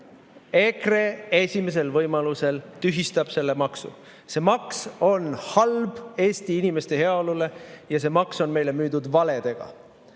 EKRE esimesel võimalusel tühistab selle maksu. See maks on halb Eesti inimeste heaolu [silmas pidades] ja see maks on meile müüdud valedega.